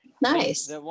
Nice